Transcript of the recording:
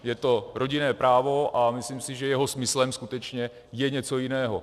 Je to rodinné právo a myslím si, že jeho smyslem skutečně je něco jiného.